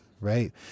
Right